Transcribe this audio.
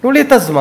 תנו לי את הזמן.